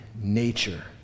nature